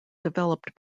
developed